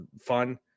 fun